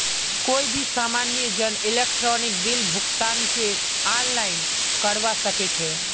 कोई भी सामान्य जन इलेक्ट्रॉनिक बिल भुगतानकेर आनलाइन करवा सके छै